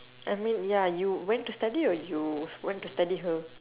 I mean ya you went to study or you went to study her